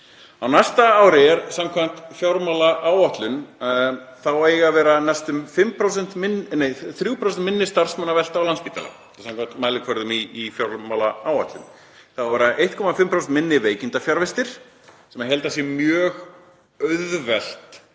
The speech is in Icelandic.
Á næsta ári á samkvæmt fjármálaáætlun að vera næstum 3% minni starfsmannavelta á Landspítalanum, þetta er samkvæmt mælikvörðum í fjármálaáætlun. Það eiga að vera 1,5% minni veikindafjarvistir, sem ég held að sé mjög auðvelt